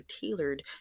tailored